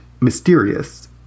mysterious